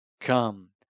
come